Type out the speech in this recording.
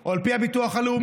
או על פי הביטוח הלאומי,